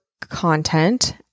content